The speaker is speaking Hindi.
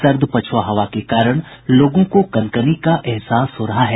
सर्द पछ्आ हवा के कारण लोगों को कनकनी का एहसास हो रहा है